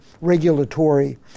regulatory